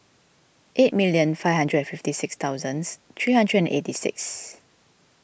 eight million five hundred and fifty six thousands three hundred and eighty six